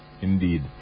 Indeed